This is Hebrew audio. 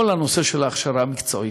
כל הנושא של ההכשרה המקצועית.